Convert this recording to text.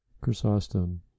Chrysostom